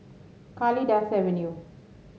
Kalidasa Avenue